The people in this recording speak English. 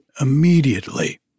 immediately